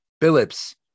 Phillips